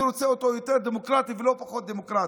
אני רוצה אותו יותר דמוקרטי, לא פחות דמוקרטי.